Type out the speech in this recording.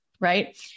right